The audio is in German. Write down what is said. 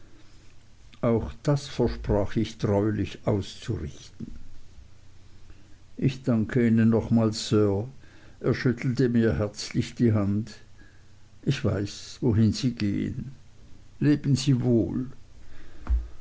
auch das versprach ich treulich auszurichten ich danke ihnen nochmals sir er schüttelte mir herzlich die hand ich weiß wohin sie gehen leben sie wohl